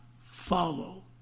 follow